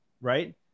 Right